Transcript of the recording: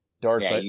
darts